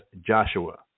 Joshua